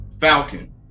Falcon